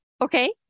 Okay